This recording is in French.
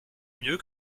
mieux